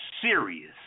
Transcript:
serious